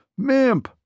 Mimp